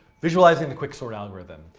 visualizing the quicksort algorithm.